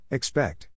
Expect